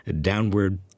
downward